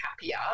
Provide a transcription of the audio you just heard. happier